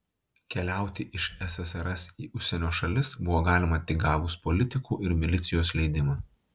keliauti iš ssrs į užsienio šalis buvo galima tik gavus politikų ir milicijos leidimą